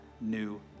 new